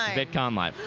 um vidconlive.